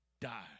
die